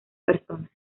personas